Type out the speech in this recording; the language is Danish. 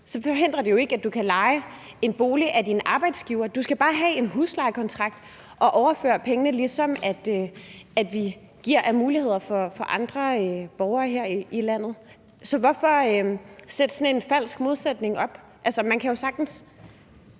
forhindrer det jo ikke, at du kan leje en bolig af din arbejdsgiver. Du skal bare have en huslejekontrakt og overføre pengene, ligesom vi giver mulighed for i forhold til andre borgere her i landet. Så hvorfor sætte sådan en falsk modsætning op? Altså, man kan jo sagtens